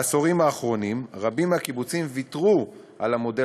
בעשורים האחרונים רבים מהקיבוצים ויתרו על המודל